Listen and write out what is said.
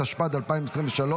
התשפ"ד 2023,